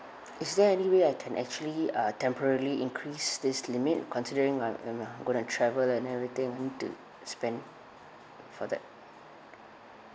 is there any way I can actually uh temporarily increase this limit considering I'm I'm uh gonna travel and everything to spend for that